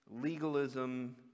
legalism